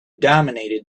dominated